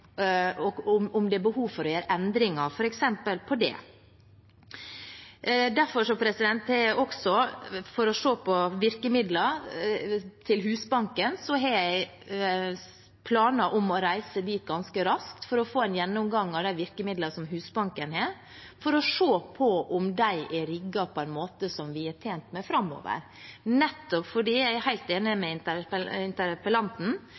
og om det er behov for å gjøre endringer, f.eks. på det. Derfor har jeg planer om å reise til Husbanken ganske raskt for å få en gjennomgang av de virkemidlene som de har, for å se om de er rigget på en måte som vi er tjent med framover, nettopp fordi – der er jeg helt enig med interpellanten